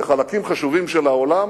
וחלקים חשובים של העולם,